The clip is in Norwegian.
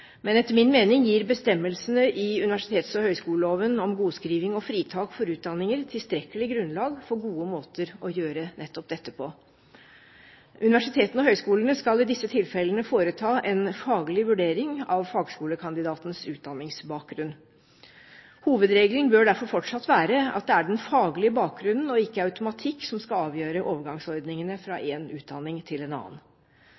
Men etter min mening gir bestemmelsene i universitets- og høyskoleloven om godskriving og fritak for utdanninger tilstrekkelig grunnlag for gode måter å gjøre nettopp dette på. Universitetene og høyskolene skal i disse tilfellene foreta en faglig vurdering av fagskolekandidatenes utdanningsbakgrunn. Hovedregelen bør derfor fortsatt være at det er den faglige bakgrunnen og ikke automatikk som skal avgjøre overgangsordningene fra